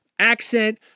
Accent